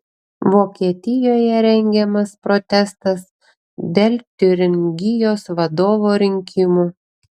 vokietijoje rengiamas protestas dėl tiuringijos vadovo rinkimų